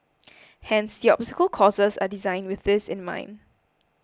hence the obstacle courses are designed with this in mind